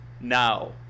now